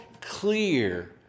clear